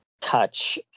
touch